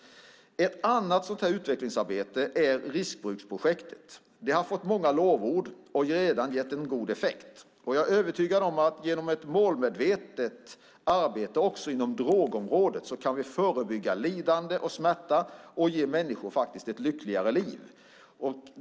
Ett annat utvecklingsarbete är riskbruksprojektet. Det har fått många lovord och redan gett en god effekt. Jag är övertygad om att genom ett målmedvetet arbete också inom drogområdet kan vi förebygga lidande och smärta och ge människor ett lyckligare liv.